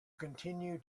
continue